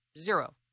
zero